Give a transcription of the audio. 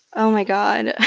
oh, my god